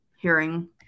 Hearing